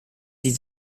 sie